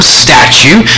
statue